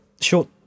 short